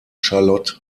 charlotte